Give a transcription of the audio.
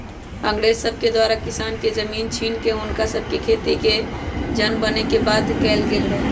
अंग्रेज सभके द्वारा किसान के जमीन छीन कऽ हुनका सभके खेतिके जन बने के बाध्य कएल गेल रहै